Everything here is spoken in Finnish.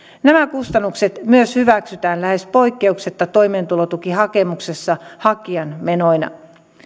nämä kustannukset myös hyväksytään lähes poikkeuksetta toimeentulotukihakemuksessa hakijan menoina